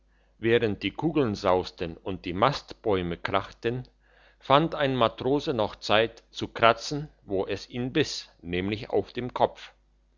während die kugeln sausten und die mastbäume krachten fand ein matrose noch zeit zu kratzen wo es ihn biss nämlich auf dem kopf